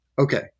okay